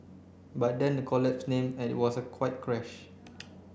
but then the collapse name and it was quite a crash